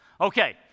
Okay